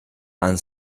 and